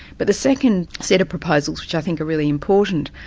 but the second set of proposals which i think are really important,